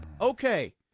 Okay